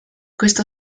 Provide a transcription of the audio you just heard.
questo